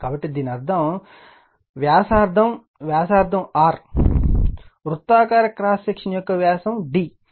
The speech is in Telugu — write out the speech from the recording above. కాబట్టి దీని అర్థం వ్యాసార్థం వ్యాసార్థం R వృత్తాకార క్రాస్ సెక్షన్ యొక్క వ్యాసం d